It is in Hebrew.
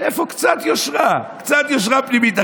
איפה קצת יושרה, קצת יושרה פנימית?